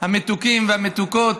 המתוקים והמתוקות,